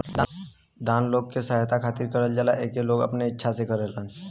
दान लोग के सहायता खातिर करल जाला एके लोग अपने इच्छा से करेलन